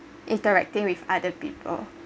interacting with other people